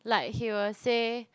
like he will say